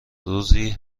روزی